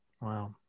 Wow